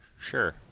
Sure